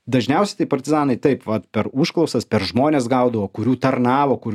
dažniausiai tai partizanai taip vat per užklausas per žmones gaudavo kurių tarnavo kur